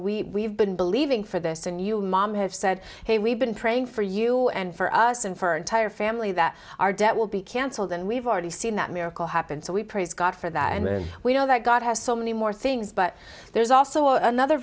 have been believing for this and you mom have said hey we've been praying for you and for us and for entire family that our debt will be cancelled and we've already seen that miracle happen so we praise god for that and we know that god has so many more things but there's also another